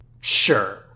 Sure